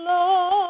Lord